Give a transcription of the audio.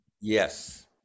Yes